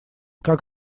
как